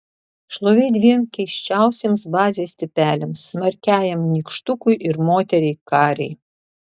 šlovė dviem keisčiausiems bazės tipeliams smarkiajam nykštukui ir moteriai karei